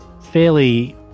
fairly